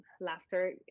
laughter